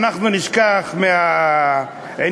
אנחנו נשכח מהעניין,